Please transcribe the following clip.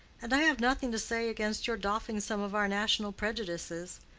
and i have nothing to say against your doffing some of our national prejudices.